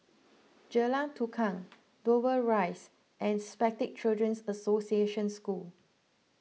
Jalan Tukang Dover Rise and Spastic Children's Association School